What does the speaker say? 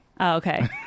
okay